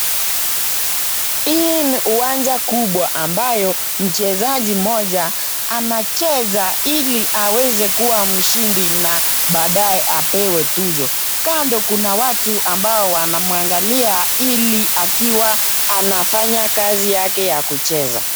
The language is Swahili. Hii ni uwanja kubwa ambayo mchezaji mmoja anacheza ili aweze kuwa mshindi na baadaye apewe tuzo. Kando kuna watu ambao wanamwangalia ili akiwa anafanya kazi yake ya kucheza.